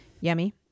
Yummy